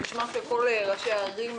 בשמם של כל ראשי הערים,